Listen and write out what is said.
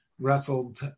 wrestled